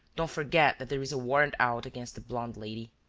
don't forget that there is a warrant out against the blonde lady.